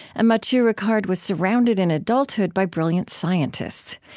matthieu ricard was surrounded in adulthood by brilliant scientists.